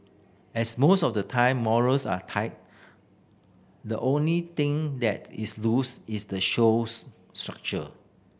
as most of the time morals are tight the only thing that is loose is the show's structure